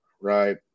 right